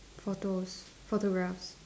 photos photographs